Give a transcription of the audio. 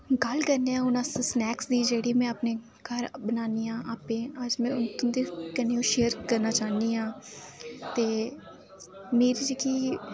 गल्ल करने आं हून अस स्नैक्स दी जेह्ड़ी में अपने घर बनानी आं आपें अज्ज में तुं'दे कन्नै ओह् शेयर करना चाह्न्नी आं ते मेरी जेह्की